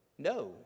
No